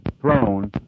throne